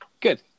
Good